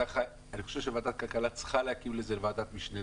אני חושב שוועדת הכלכלה צריכה להקים לזה ועדת משנה.